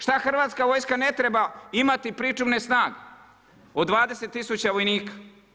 Šta Hrvatska vojska ne treba imati pričuvne snage od 20000 vojnika?